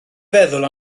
feddwl